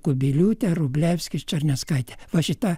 kubiliūtė vrublevskis černiauskaitė va šita